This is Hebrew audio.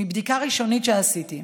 מבדיקה ראשונית שעשיתי,